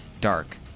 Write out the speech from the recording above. dark